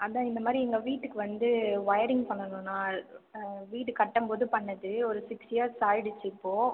அதான் இந்தமாதிரி எங்கள் வீட்டுக்கு வந்து ஒயரிங் பண்ணணும்ணா வீடு கட்டும்போது பண்ணது ஒரு சிக்ஸ் இயர்ஸ் ஆகிடுச்சி இப்போது